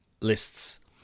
lists